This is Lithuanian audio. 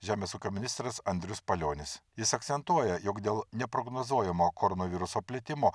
žemės ūkio ministras andrius palionis jis akcentuoja jog dėl neprognozuojamo koronaviruso plitimo